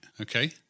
okay